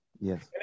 Yes